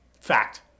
Fact